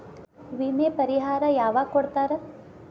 ವಿಮೆ ಪರಿಹಾರ ಯಾವಾಗ್ ಕೊಡ್ತಾರ?